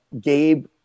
Gabe